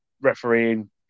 refereeing